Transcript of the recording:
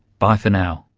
bye for now